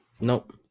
nope